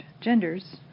genders